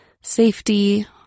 Safety